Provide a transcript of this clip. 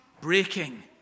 breaking